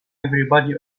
everybody